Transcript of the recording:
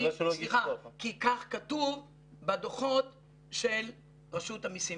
כי כך כתוב בדוחות של רשות המיסים,